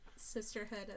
sisterhood